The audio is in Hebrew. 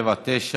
479,